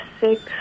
six